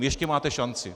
Ještě máte šanci.